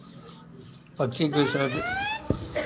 पक्षी के